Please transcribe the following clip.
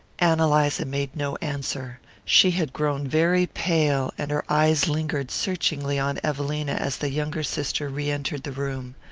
ann eliza made no answer. she had grown very pale, and her eyes lingered searchingly on evelina as the younger sister re-entered the room.